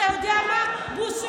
צריך להוציא אותה מהחוק.